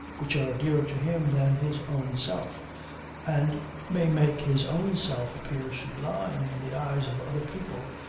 which are dearer to him than his own self and may make his own self appear sublime in the eyes of other people,